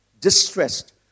distressed